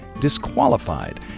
disqualified